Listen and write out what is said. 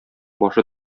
башы